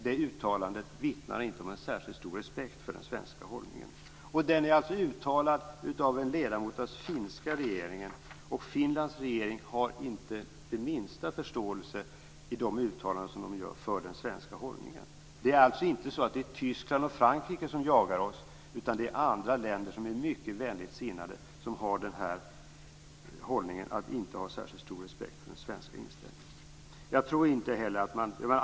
Det uttalandet vittnar inte om en särskilt stor respekt för den svenska hållningen, och bakom det uttalandet står alltså en ledamot av den finska regeringen. Finlands regering har inte den minsta förståelse för den svenska hållningen. Det är alltså inte Tyskland och Frankrike som jagar oss, utan det är andra, mycket vänligt sinnade länder som inte har särskilt stor respekt för den svenska inställningen.